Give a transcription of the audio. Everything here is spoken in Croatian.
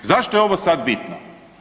Zašto je ovo sad bitno?